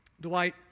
Dwight